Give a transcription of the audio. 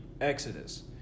Exodus